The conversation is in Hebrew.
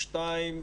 שניים,